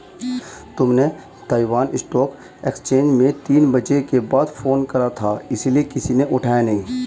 तुमने Taiwan stock exchange में तीन बजे के बाद फोन करा था इसीलिए किसी ने उठाया नहीं